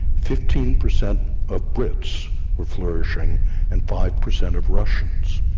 fifteen per cent of brits were flourishing and five per cent of russians.